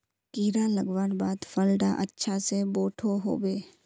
कीड़ा लगवार बाद फल डा अच्छा से बोठो होबे?